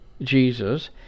Jesus